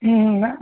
હં હં